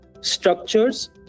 structures